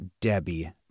Debbie